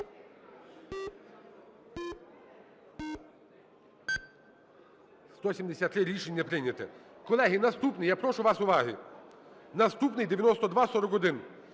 173. Рішення не прийнято. Колеги, наступний. Я прошу вас уваги! Наступний – 9241.